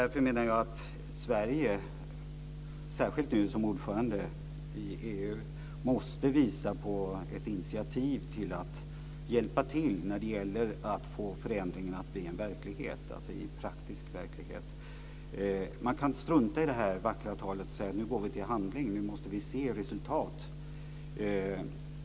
Jag menar därför att Sverige, särskilt nu som ordförandeland i EU, måste visa på ett initiativ till att hjälpa till när det gäller att få förändringarna att bli praktisk verklighet. Man kan strunta i detta vackra tal och säga: Nu går vi till handling, nu måste vi se resultat.